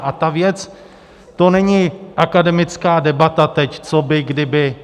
A ta věc, to není akademická debata teď, co by kdyby.